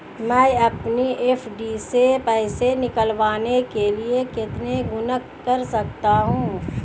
मैं अपनी एफ.डी से पैसे निकालने के लिए कितने गुणक कर सकता हूँ?